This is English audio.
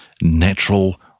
natural